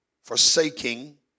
forsaking